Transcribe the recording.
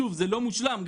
שוב, זה לא מושלם.